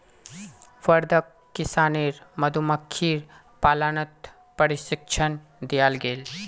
वर्धाक किसानेर मधुमक्खीर पालनत प्रशिक्षण दियाल गेल